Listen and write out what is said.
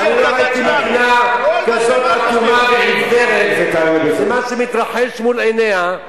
אני לא ראיתי מדינה כזאת אטומה ועיוורת למה שמתרחש מול עיניה.